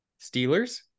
Steelers